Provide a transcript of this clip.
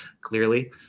clearly